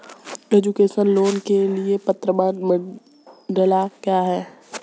Education loan के लिए पात्रता मानदंड क्या है?